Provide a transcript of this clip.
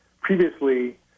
previously